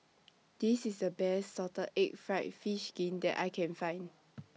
This IS The Best Salted Egg Fried Fish Skin that I Can Find